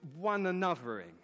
one-anothering